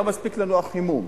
לא מספיק לנו החימום.